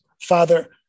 Father